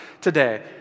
today